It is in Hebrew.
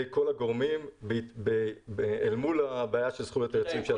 כל הגורמים אל מול הבעיה של זכויות היוצרים של התקנים.